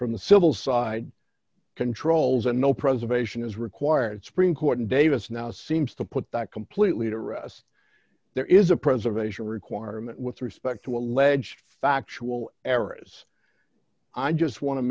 from the civil side controls and no preservation is required supreme court in davis now seems to put that completely to rest there is a preservation requirement with respect to alleged factual errors i just wan